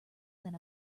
than